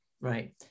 right